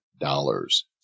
dollars